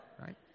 right